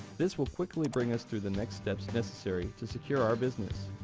this will quickly bring us through the next steps necessary to secure our business.